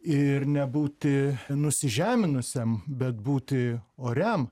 ir nebūti nusižeminusiam bet būti oriam